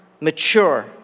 mature